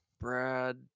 Brad